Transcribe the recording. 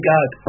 God